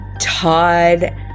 Todd